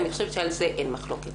אני חושבת שעל זה אין מחלוקת.